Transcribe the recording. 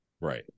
Right